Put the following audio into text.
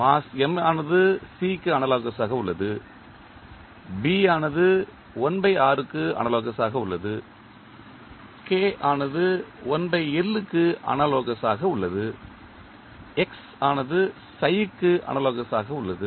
mass M ஆனது C க்கு analogous ஆக உள்ளது B ஆனது க்கு அனாலோகஸ் ஆக உள்ளது K ஆனது க்கு அனாலோகஸ் ஆக உள்ளது x ஆனது ψ க்கு அனாலோகஸ் ஆக உள்ளது